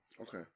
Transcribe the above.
Okay